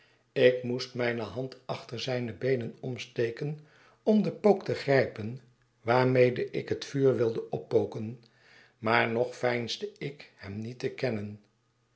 ik moest mijne hand achter zijne beenen omsteken om den pook te grijpen waarmede ik het vuur wilde oppoken maar nog veinsde ik hem niet te kennen